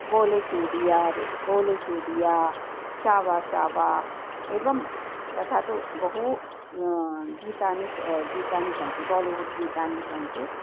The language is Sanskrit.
बोलेचूडियारे बोलेचूडिया शा वा शा वा एवं तथा तु बहूनि गीतानि स गीतानि सन्ति बोलिवुड् गीतानि सन्ति